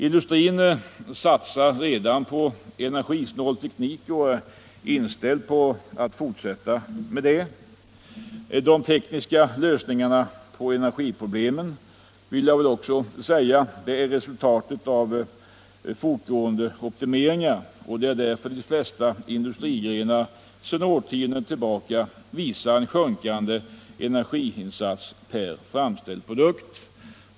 Industrin satsar redan på energisnål teknik och är inställd på att fortsätta med detta. De tekniska lösningarna på energiproblemen är resultatet av fortgående optimeringar. Det är därför de flesta industrigrenar sedan årtionden tillbaka visar en sjunkande energiinsats per framställd produkt.